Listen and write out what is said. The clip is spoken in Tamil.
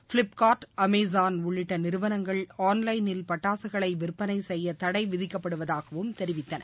பிலிப்கார்ட் அமேசான் உள்ளிட்ட நிறுவனங்கள் ஆன்லைனில் பட்டாசுகளை விற்பனை செய்ய தடை விதிக்கப்படுவதாகவும் தெரிவித்தன